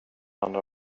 andra